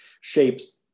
shapes